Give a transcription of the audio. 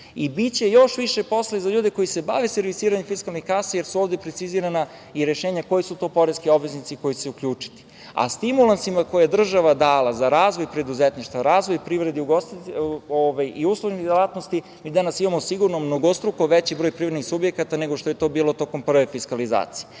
Biće još više posla za ljude koji se bave servisiranjem fiskalnih kasa, jer su ovde precizirana rešenja koji su to poreski obveznici koji će se uključiti, a stimulansima koje je država dala za razvoj preduzetništva, razvoj privrede i uslužnih delatnosti, danas sigurno imamo mnogostruko veći broj privrednih subjekata, nego što je to bilo tokom prve fiskalizacije. Podsetio